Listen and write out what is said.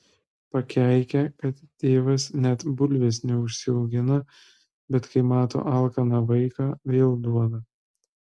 pakeikia kad tėvas net bulvės neužsiaugina bet kai mato alkaną vaiką vėl duoda